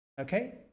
okay